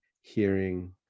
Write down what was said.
hearing